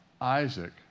Isaac